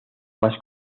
más